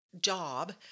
job